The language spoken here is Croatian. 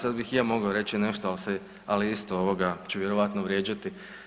Da, sad bih i ja mogao reći nešto o … [[Govornik se ne razumije]] ali isto ovoga ću vjerojatno vrijeđati.